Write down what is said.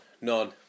None